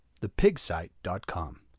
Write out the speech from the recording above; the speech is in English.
thepigsite.com